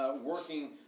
working